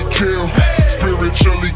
Spiritually